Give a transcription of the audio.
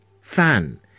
fan